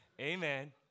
Amen